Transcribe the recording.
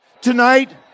tonight